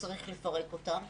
שצריך לפרק אותן,